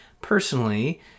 personally